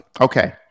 okay